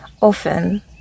often